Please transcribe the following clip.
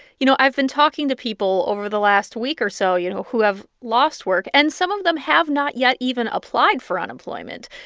you know, i've been talking to people over the last week or so, you know, who have lost work, and some of them have not yet even applied for unemployment.